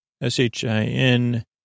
S-H-I-N